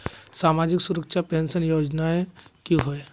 सामाजिक सुरक्षा पेंशन योजनाएँ की होय?